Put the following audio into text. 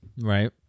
Right